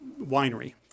winery